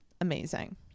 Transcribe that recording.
amazing